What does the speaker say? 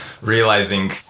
realizing